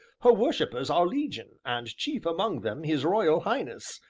her worshippers are legion, and chief among them his royal highness,